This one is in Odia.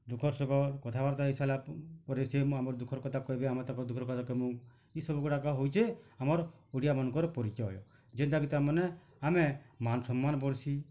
ଦୁଃଖର୍ ସୁଖର୍ କଥାବାର୍ତ୍ତା ହେଇ ସାଇଲା ପରେ ସେ ଆମର୍ ଦୁଃଖର୍ କଥା କହେବେ ଆମେ ତାକର୍ ଦୁଃଖର୍ କଥା କହିମୁଁ ଇ ସବୁ ଗୁଡ଼ାକ ହଉଛେ ଆମର୍ ଓଡ଼ିଆମାନଙ୍କର ପରିଚୟ ଯେନ୍ତା କି ତାର୍ ମାନେ ଆମେ ମାନ୍ ସମ୍ମାନ୍ ବଡ଼ସି